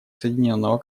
соединенного